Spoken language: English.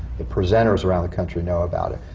the presenters around the country know about it.